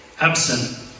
absent